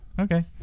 Okay